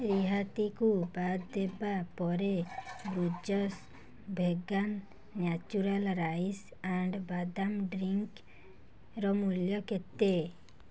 ରିହାତିକୁ ବାଦ ଦେବା ପରେ Borges vegan natural rice and ବାଦାମ ଡ୍ରିଙ୍କ୍ର ମୂଲ୍ୟ କେତେ